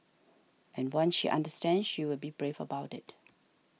and once she understands she will be brave about it